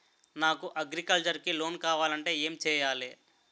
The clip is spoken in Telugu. నాకు అగ్రికల్చర్ కి లోన్ కావాలంటే ఏం చేయాలి?